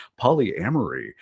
Polyamory